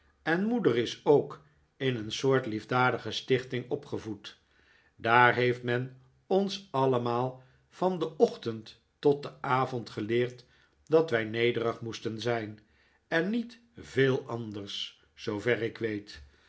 en moeder is ook in een soort liefdadige stichting opgevoed daar heeft men ons allemaal van den ochtend tot den avond geleerd dat wij nederig moesten zijn en niet veel anders zoover ik weet